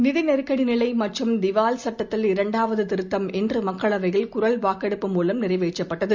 நிதி நெருக்கடி நிலை மற்றும் திவால் சட்டத்தில் இரண்டாவது திருத்தம் இன்று மக்களவையில் குரல் வாக்கெடுப்பு மூலம் நிறைவேற்றப்பட்டது